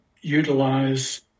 utilize